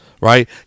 right